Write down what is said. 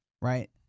Right